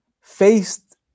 faced